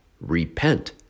repent